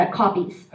copies